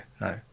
no